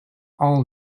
all